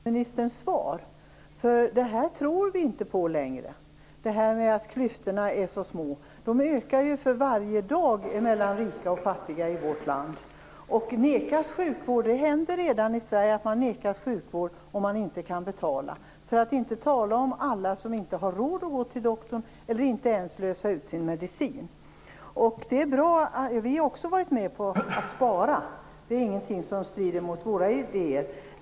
Fru talman! Min fråga föranleds av statsministerns svar. Vi tror inte längre på att klyftorna är så små. De ökar ju för varje dag mellan rika och fattiga i vårt land. Det händer redan i Sverige att man nekas sjukvård om man inte kan betala - för att inte tala om alla som inte har råd att gå till doktorn eller ens lösa ut sin medicin. Vi har också varit med på att spara - det är ingenting som strider mot våra idéer.